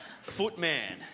Footman